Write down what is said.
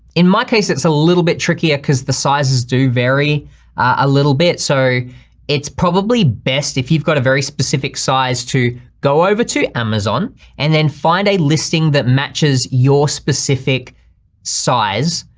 in my case it's a little bit trickier cause the sizes do vary a little bit. so it's probably best if you've got a very specific size to go over to amazon and then find a listing that matches your specific size.